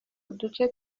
uduce